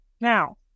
Now